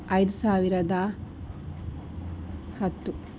ಐದು ಸಾವಿರದ ಹತ್ತು